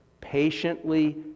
patiently